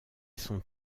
son